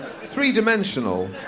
three-dimensional